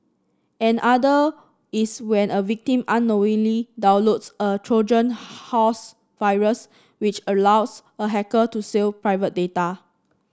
another is when a victim unknowingly downloads a Trojan horse virus which allows a hacker to steal private data